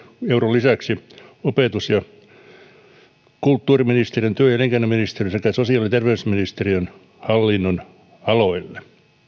euron lisäyksiä opetus ja kulttuuriministeriön työ ja elinkeinoministeriön sekä sosiaali ja terveysministeriön hallinnonaloille